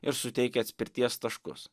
ir suteikė atspirties taškus